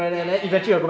ya ya ya